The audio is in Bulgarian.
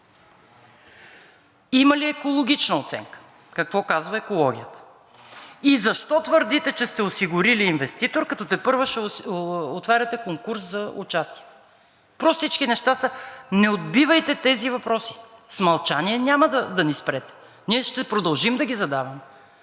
Има ли екологична оценка? Какво казва екологията и защо твърдите, че сте осигурили инвеститор, като тепърва ще отваряте конкурс за участие – простички неща са и не отбивайте тези въпроси. С мълчание няма да ни спрете и ние ще продължим да ги задаваме.